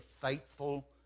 faithful